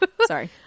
Sorry